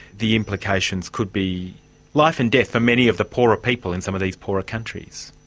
the implications could be life and death for many of the poorer people in some of these poorer countries.